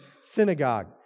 synagogue